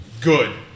good